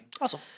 Awesome